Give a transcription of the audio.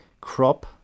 crop